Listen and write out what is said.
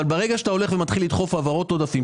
אבל ברגע שאתה מתחיל לדחוף העברות עודפים,